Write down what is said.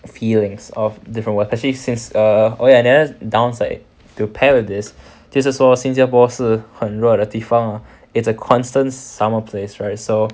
feelings of different world especially since oh ya another downside to pair with this 就是说新加坡是很热的地方 it's a constant summer place right so